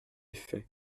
fait